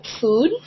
food